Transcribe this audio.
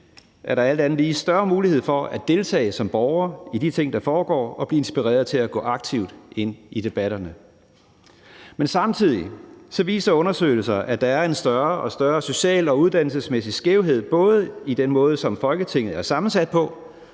er der alt andet lige større mulighed for at deltage som borger i de ting, der foregår, og blive inspireret til at gå aktivt ind i debatterne. Men samtidig viser undersøgelser, at der er en større og større social og uddannelsesmæssig skævhed både i den måde, som Folketinget er sammensat på,